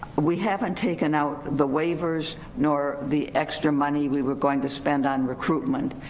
we haven't taken out the waivers, nor the extra money we were going to spend on recruitment,